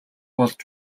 болж